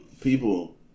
people